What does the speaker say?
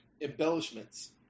embellishments